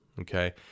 okay